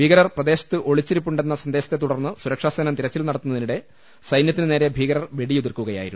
ഭീകരർ പ്രദേശത്ത് ഒളിച്ചിരുപ്പുണ്ടെന്ന സ്റന്ദേശത്തെ തുടർന്ന് സുരക്ഷാ സേന തിരച്ചിൽ നടത്തുന്നതിനിടെ സൈന്യത്തിനു നേരെ ഭീക രർ വെടിയുതിർക്കുകയായിരുന്നു